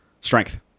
strength